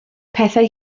pethau